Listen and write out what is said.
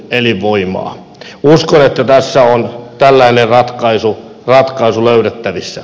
uskon että tässä on tällainen ratkaisu löydettävissä